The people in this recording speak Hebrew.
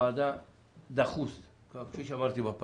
אזור סטטיסטי בתל אביב הוא הרבה יותר קטן.